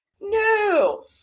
no